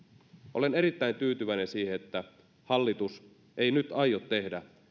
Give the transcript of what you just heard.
olen erittäin tyytyväinen siihen että hallitus ei nyt aio tehdä